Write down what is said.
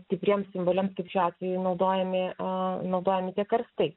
stipriems simboliams kaip šiuo atveju naudojamia naudojami tie karstai